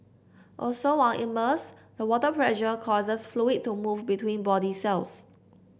also while immersed the water pressure causes fluid to move between body cells